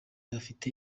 afite